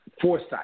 foresight